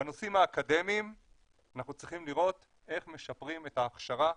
בנושאים האקדמיים אנחנו צריכים לראות איך משפרים את ההכשרה